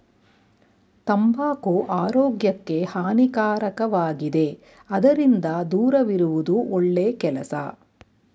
ತಂಬಾಕು ಆರೋಗ್ಯಕ್ಕೆ ಹಾನಿಕಾರಕವಾಗಿದೆ ಅದರಿಂದ ದೂರವಿರುವುದು ಒಳ್ಳೆ ಕೆಲಸ